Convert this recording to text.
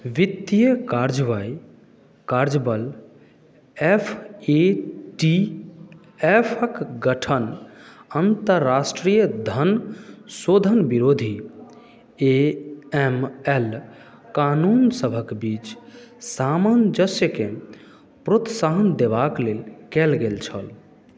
वित्तीय कार्य बल कार्य बल एफ ए टी एफ क गठन अन्तरराष्ट्रीय धन शोधन विरोधी ए एम एल कानूनसभक बीच सामञ्जस्यकेँ प्रोत्साहन देबाक लेल कयल गेल छल